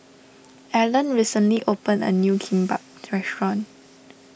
Ellen recently open a new Kimbap restaurant